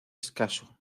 escaso